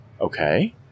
Okay